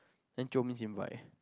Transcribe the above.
then jio me in white